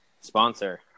Sponsor